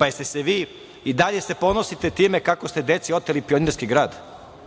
Jel se vi i dalje ponosite time kako ste deci oteli Pionirski grad?